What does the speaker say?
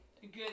good